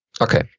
okay